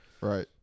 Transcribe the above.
Right